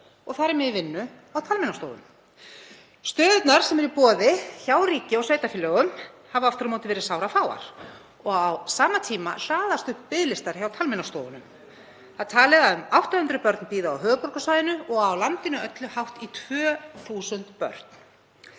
og þar með í vinnu á talmeinastofum. Stöðurnar sem eru í boði hjá ríki og sveitarfélögum hafa aftur á móti verið sárafáar og á sama tíma hlaðast upp biðlistar hjá talmeinastofunum. Það er talið að um 800 börn bíði á höfuðborgarsvæðinu og á landinu öllu hátt í 2.000 börn.